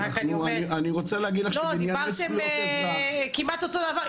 אני רוצה להגיד לך שבענייני זכויות אזרח --- כמעט אותו דבר.